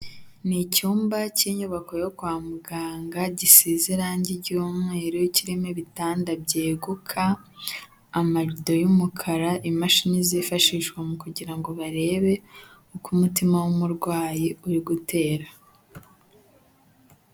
Ni icyumba cy'inyubako yo kwa muganga gisize irange ry'umweru, kirimo ibitanda byeguka, amarido y'umukara, imashini zifashishwa kugira ngo barebe uko umutima w'umurwayi uri gutera.